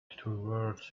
towards